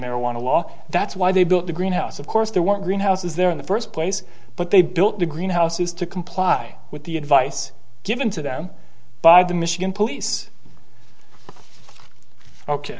marijuana law that's why they built the greenhouse of course there weren't greenhouses there in the first place but they built the greenhouses to comply with the advice given to them by the michigan police ok